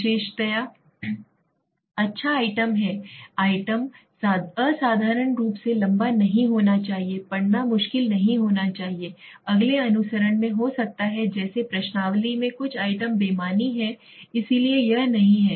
विशेषता अच्छा आइटम है आइटम असाधारण रूप से लंबा नहीं होना चाहिए पढ़ना मुश्किल नहीं होना चाहिए अगले अनुसरण में हो सकता है जैसे प्रश्नावली में कुछ आइटम बेमानी हैं इसलिए यह नहीं है